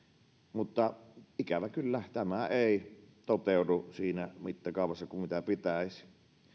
mutta ikävä kyllä tämä ei toteudu siinä mittakaavassa kuin mitä pitäisi